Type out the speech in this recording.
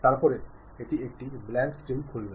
তারপরে এটি একটি ব্ল্যাঙ্ক স্ক্রিন খুলবে